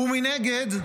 מנגד,